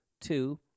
Two